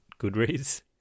Goodreads